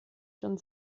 schon